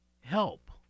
help